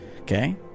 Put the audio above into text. okay